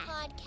podcast